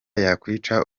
yakwica